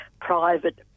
private